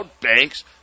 banks